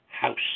house